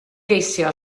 geisio